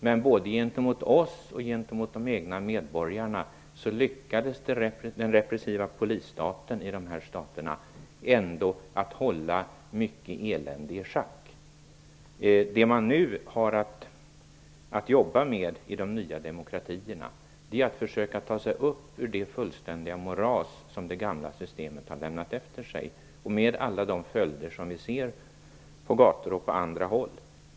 Men både gentemot oss och gentemot de egna medborgarna lyckades den repressiva polisstaten i dessa stater ändå hålla mycket elände i schack. Vad de nya demokratierna nu har att jobba med är att försöka ta sig upp ur det fullständiga moras som det gamla systemet har lämnat efter sig med alla de följder som vi ser på gator och andra håll.